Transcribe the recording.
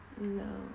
No